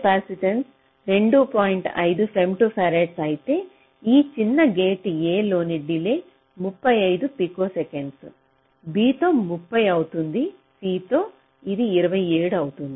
5 femtofarads అయితే ఈ చిన్న గేట్ A లోని డిలే 35 పికోసెకన్లు B తో 30 అవుతుంది C తో ఇది 27 అవుతుంది